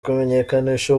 kumenyekanisha